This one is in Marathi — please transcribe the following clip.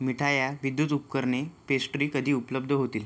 मिठाया विद्युत उपकरणे पेस्ट्री कधी उपलब्ध होतील